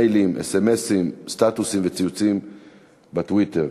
מיילים, אס.אם.אסים, סטטוסים וציוצים בטוויטר.